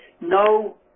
no